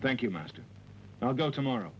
thank you master i'll go tomorrow